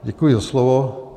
Děkuji za slovo.